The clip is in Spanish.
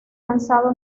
lanzado